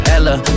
Ella